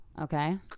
Okay